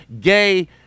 gay